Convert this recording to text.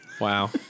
Wow